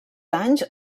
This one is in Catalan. anys